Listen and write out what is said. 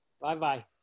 Bye-bye